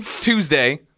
Tuesday